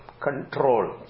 control